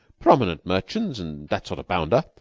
prominent merchants and that sort of bounder,